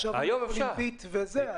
עכשיו אני יכול עם ביט וזה.